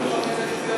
במסגרת החוק.